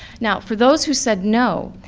now for those who said no,